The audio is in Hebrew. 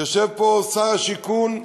יושב פה שר השיכון,